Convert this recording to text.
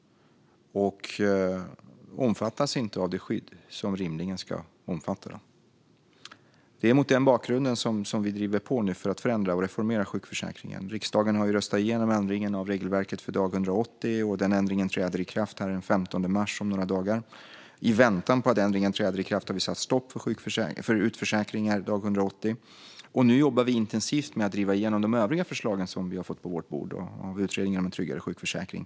De omfattas inte av det skydd som rimligen ska omfatta dem. Det är mot den bakgrunden vi nu driver på för att förändra och reformera sjukförsäkringen. Riksdagen har röstat igenom ändringen av regelverket för dag 180, och den ändringen kräver i kraft om några dagar, den 15 mars. I väntan på att ändringen träder i kraft har regeringen satt stopp för utförsäkringar dag 180, och nu jobbar vi intensivt med att driva igenom de övriga förslag som vi har fått på vårt bord av utredningen om en tryggare sjukförsäkring.